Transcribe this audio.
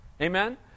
Amen